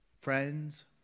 friends